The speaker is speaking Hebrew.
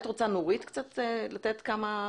נורית, את רוצה לומר משהו?